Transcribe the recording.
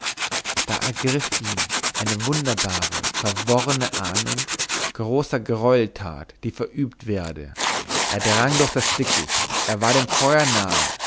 da ergriff ihn eine wunderbare verworrene ahnung großer greueltat die verübt werde er drang durch das dickicht er war dem feuer nahe